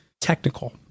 technical